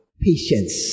Patience